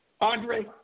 Andre